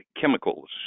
chemicals